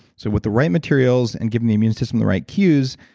so with the right materials and giving the immune system the right cues,